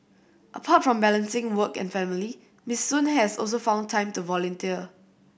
apart from balancing work and family Miss Sun has also found time to volunteer